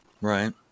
right